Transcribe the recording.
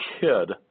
kid